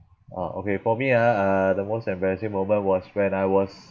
orh okay for me ah uh the most embarrassing moment was when I was